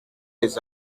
les